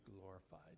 glorified